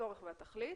הצורך והתכלית.